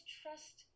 trust